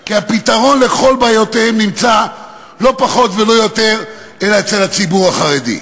כי הפתרון לכל בעיותיהם נמצא לא פחות ולא יותר אלא אצל הציבור החרדי.